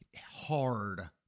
hard